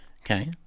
Okay